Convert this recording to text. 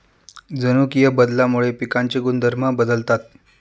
जनुकीय बदलामुळे पिकांचे गुणधर्म बदलतात